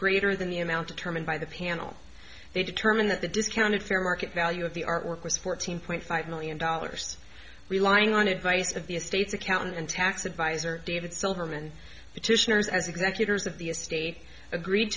greater than the amount of terman by the panel they determined that the discounted fair market value of the artwork was fourteen point five million dollars relying on advice of the state's accountant and tax adviser david silverman petitioners as executors of the estate agreed